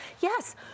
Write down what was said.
Yes